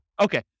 Okay